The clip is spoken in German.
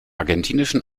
argentinischen